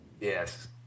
Yes